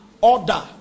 order